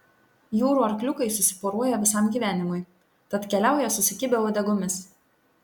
jūrų arkliukai susiporuoja visam gyvenimui tad keliauja susikibę uodegomis